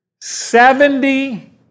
Seventy